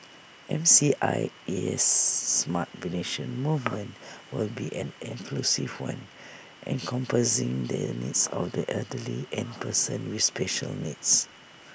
M C I E S smart venation movement will be an inclusive one encompassing the needs of the elderly and persons with special needs